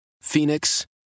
Phoenix